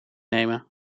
nemen